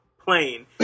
plane